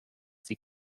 sie